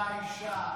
לאותה אישה.